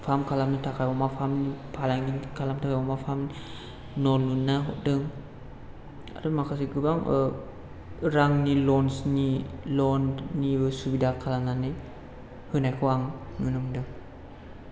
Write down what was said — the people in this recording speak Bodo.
फार्म खालामनो थाखाय अमा फार्म फालांगि खालामनो थाखाय अमा फार्म न' लुना हरदों आरो माखासे गोबां रांनि लन्सनि लन नि बो सुबिदा खालामनानै होनायखौ आं नुनो मोनदों